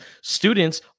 students